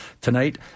tonight